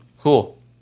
Cool